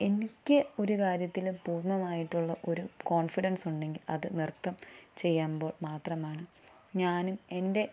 എനിക്ക് ഒരു കാര്യത്തിലും പൂർണമായിട്ടുള്ള ഒരു കോൺഫിഡൻസ് ഉണ്ടെങ്കിൽ അത് നൃത്തം ചെയ്യുമ്പോൾ മാത്രമാണ് ഞാനും എൻ്റെ